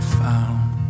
found